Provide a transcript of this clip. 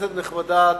כנסת נכבדה,